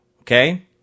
Okay